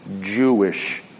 Jewish